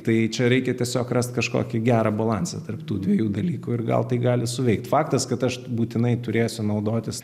tai čia reikia tiesiog rast kažkokį gerą balansą tarp tų dviejų dalykų ir gal tai gali suveikt faktas kad aš būtinai turėsiu naudotis